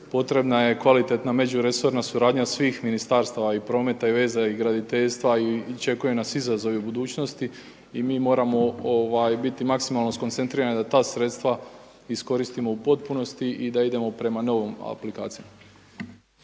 potrebna je kvalitetna međuresorna suradnja svih ministarstava i prometa i veza i graditeljstva i očekuju nas izazovi u budućnosti i moramo biti maksimalno skoncentrirani da ta sredstva iskoristimo u potpunosti i da idemo prema novim aplikacijama.